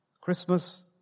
Christmas